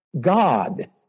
God